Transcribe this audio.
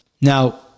Now